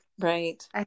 Right